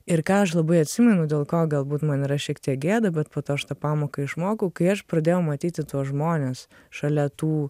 ir ką aš labai atsimenu dėl ko galbūt man yra šiek tiek gėda bet po to aš tą pamoką išmokau kai aš pradėjau matyti tuos žmones šalia tų